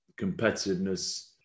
competitiveness